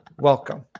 welcome